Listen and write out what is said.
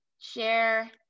share